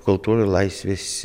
kultūroj laisvės